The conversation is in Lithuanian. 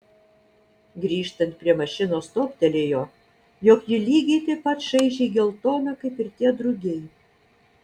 grįžtant prie mašinos toptelėjo jog ji lygiai taip pat šaižiai geltona kaip ir tie drugiai